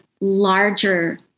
larger